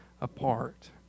apart